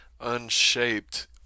unshaped